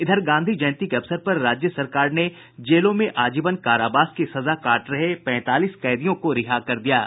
इधर गांधी जयंती के अवसर पर राज्य सरकार ने जेलों में आजीवन कारावास की सजा काट रहे पैंतालीस कैदियों को रिहा कर दिया है